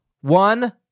one